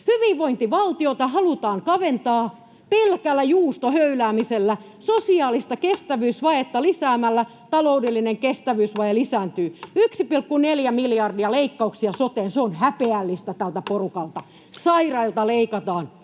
Hyvinvointivaltiota halutaan kaventaa pelkällä juustohöyläämisellä. Sosiaalista kestävyysvajetta lisäämällä taloudellinen kestävyysvaje lisääntyy. 1,4 miljardia leikkauksia soteen — se on häpeällistä tältä porukalta. Sairailta leikataan.